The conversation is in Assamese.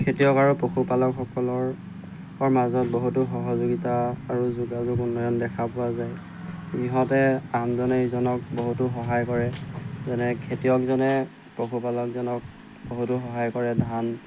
খেতিয়ক আৰু পশুপালকসকলৰ মাজত বহুতো সহযোগীতা আৰু যোগাযোগ উন্নয়ন দেখা পোৱা যায় ইহঁতে আনজনে ইজনক বহুতো সহায় কৰে যেনে খেতিয়কজনে পশুপালকজনক বহুতো সহায় কৰে ধান